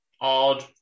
odd